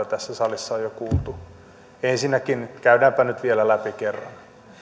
tässä salissa on jo kuultu ensinnäkin käydäänpä nyt vielä läpi kerran